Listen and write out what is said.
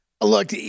look –